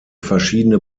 verschiedene